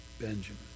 Benjamin